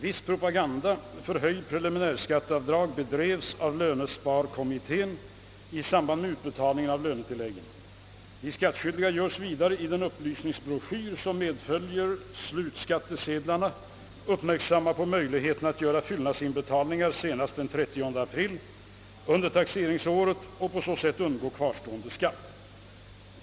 Viss propaganda för höjt preliminärskatteavdrag bedrevs av lönesparkommittén i samband med utbetalningen av lönetilläggen. De skattskyldiga görs vidare i den upplysningsbroschyr som medföljer slutskattesedlarna uppmärksamma på möjligheten att göra fyllnadsinbetalning senast den 30 april under taxeringsåret och på så sätt undgå kvarstående skatt.